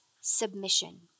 submission